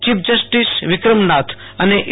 chief justice Vikram Nath અને એ